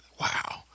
Wow